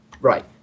right